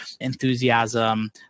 enthusiasm